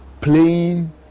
playing